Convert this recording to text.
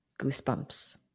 goosebumps